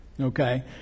Okay